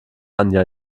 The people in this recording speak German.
anja